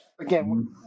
again